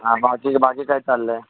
हां बाकी बाकी काय चाललं आहे